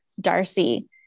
Darcy